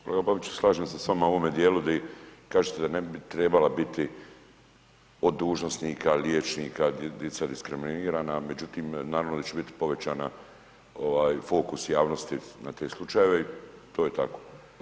Kolega Babiću, slažem se s vama u ovome dijelu di kažete da ne bi trebala biti od dužnosnika, liječnika dica diskriminirana, međutim, naravno da će biti povećana fokus javnosti na te slučajeve i to je tako.